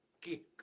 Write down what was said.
kick